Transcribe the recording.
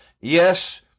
Yes